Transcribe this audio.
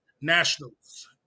nationals